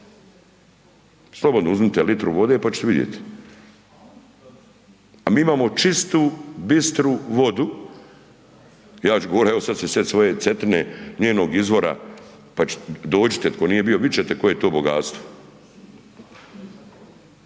slobodno uzmite litru vode pa ćete vidjeti, a mi imamo čistu, bistru vodu, ja ću govorit, evo sad ću se sjetit svoje Cetine, njenog izvora pa ću, dođite tko nije bio vidit ćete koje je to bogatstvo,